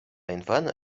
infano